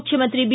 ಮುಖ್ಯಮಂತ್ರಿ ಬಿ